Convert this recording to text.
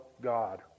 God